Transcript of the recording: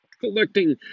collecting